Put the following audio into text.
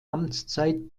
amtszeit